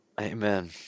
Amen